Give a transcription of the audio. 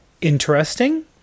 interesting